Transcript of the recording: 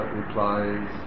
replies